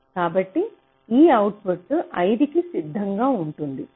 కాబట్టి ఈ అవుట్పుట్ 5 కి సిద్ధంగా ఉంటుంది